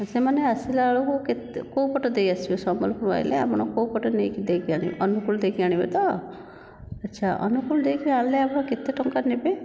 ସେମାନେ ଆସିଲା ବେଳକୁ କେତେ କେଉଁ ପଟ ଦେଇ ଆସିବେ ସମ୍ବଲପୁରରୁ ଆସିଲେ ଆପଣ କେଉଁପଟେ ନେଇକି ଦେଇକି ଆଣିବେ ଅନୁଗୁଳ ଦେଇକି ଆଣିବେ ତ ଆଛା ଅନୁଗୁଳ ଦେଇକି ଆଣିଲେ ଆପଣ କେତେ ଟଙ୍କା ନେବେ